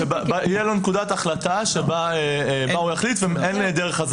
שיהיה לו נקודת החלטה שבה הוא יחליט ואין דרך חזרה.